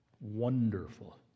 wonderful